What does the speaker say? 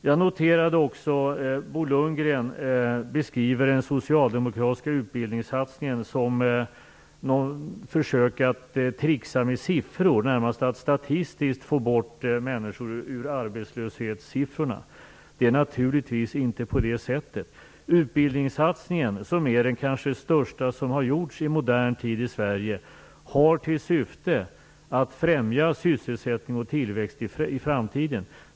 Jag noterade också att Bo Lundgren beskriver den socialdemokratiska utbildningssatsningen som ett försök att tricksa med siffror, närmast att statistiskt få bort människor ur arbetslöshetssiffrorna. Det är naturligtvis inte på det sättet. Utbildningssatsningen, som kanske är den största som har gjorts i modern tid i Sverige, har till syfte att främja sysselsättning och tillväxt i framtiden.